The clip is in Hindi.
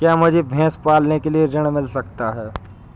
क्या मुझे भैंस पालने के लिए ऋण मिल सकता है?